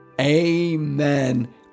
amen